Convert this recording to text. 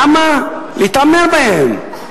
למה להתעמר בהם?